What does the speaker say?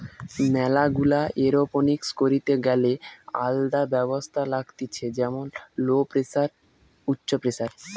ম্যালা গুলা এরওপনিক্স করিতে গ্যালে আলদা ব্যবস্থা লাগতিছে যেমন লো প্রেসার, উচ্চ প্রেসার